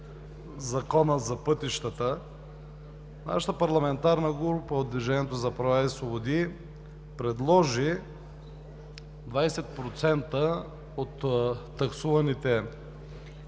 Закона за пътищата, нашата парламентарна група от „Движението за права и свободи“ предложи 20% от таксуваните тол